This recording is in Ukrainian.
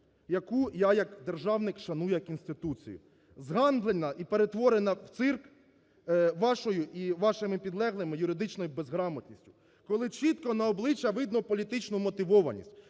яку як державник шаную як інституцію, зганьблена і перетворена в цирк вашою і вашими підлеглими юридичною безграмотністю, коли чітко на обличчя видно політичну вмотивованість,